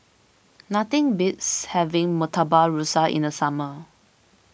nothing beats having Murtabak Rusa in the summer